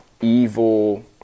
evil